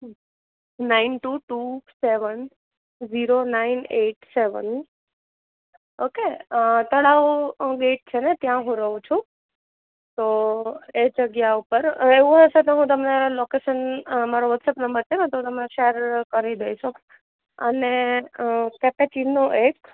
nine two two seven zero nine eight seven okay તળાવ વેક છેને ત્યાં હું રહું છું તો એ જગ્યા ઉપર એવું હશે તો હું તમને લોકેશન મારો વૉટ્સઅપ નંબર છે તમે શેર કરી દઇશ અને કેપીચીનો એક